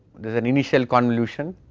there is an initial like ah involution,